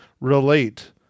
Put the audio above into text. relate